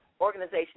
organization